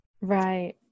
right